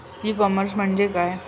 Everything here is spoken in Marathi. ई कॉमर्स म्हणजे काय?